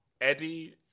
Eddie